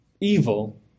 evil